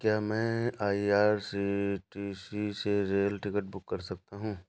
क्या मैं आई.आर.सी.टी.सी से रेल टिकट बुक कर सकता हूँ?